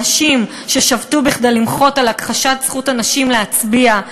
הנשים ששבתו כדי למחות על הכחשת זכות הנשים להצביע.